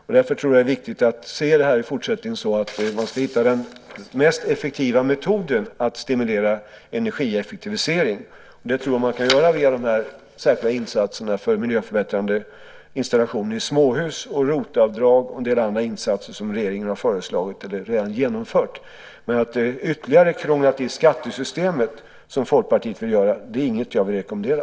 Jag tror att det är viktigt att i fortsättningen hitta den mest effektiva metoden att stimulera energieffektivisering. Det tror jag att man kan göra via de särskilda insatserna för miljöförbättrande installationer i småhus, ROT-avdraget och en del andra insatser som regeringen har föreslagit eller redan genomfört. Men att ytterligare krångla till skattesystemet, som Folkpartiet vill göra, är inget som jag vill rekommendera.